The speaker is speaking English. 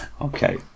Okay